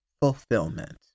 fulfillment